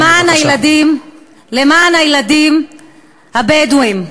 למען הילדים הבדואים,